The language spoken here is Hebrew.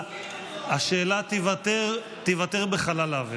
השאלה תיוותר בחלל האוויר.